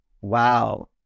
Wow